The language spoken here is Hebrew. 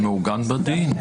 זה מעוגן בדין.